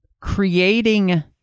creating